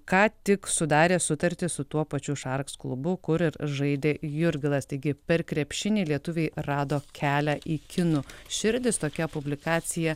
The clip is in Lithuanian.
ką tik sudarė sutartį su tuo pačiu šarks klubu kur ir žaidė jurgilas taigi per krepšinį lietuviai rado kelią į kinų širdis tokia publikacija